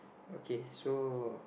okay so